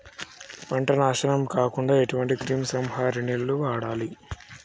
పంట నాశనం కాకుండా ఎటువంటి క్రిమి సంహారిణిలు వాడాలి?